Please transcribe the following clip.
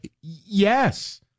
Yes